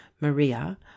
Maria